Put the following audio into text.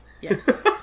yes